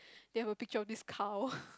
they have a picture of this cow